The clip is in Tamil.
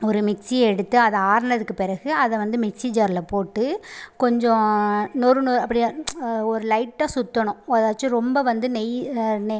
ஒரு மிக்ஸியை எடுத்து அது ஆறினதுக்குப் பிறகு அதை வந்து மிக்ஸி ஜாரில் போட்டு கொஞ்சம் நொறு நொறு அப்படியே ஒரு லைட்டாக சுற்றணும் அதாச்சும் ரொம்ப வந்து நெய் நெ